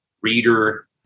reader